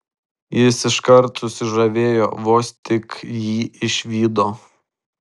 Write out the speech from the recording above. jis iškart susižavėjo vos tik jį išvydo